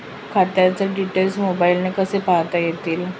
खात्याचे डिटेल्स मोबाईलने कसे पाहता येतील?